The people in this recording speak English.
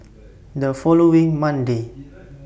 The following Monday